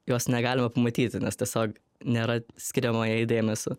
jos negalima pamatyti nes tiesiog nėra skiriama jai dėmesio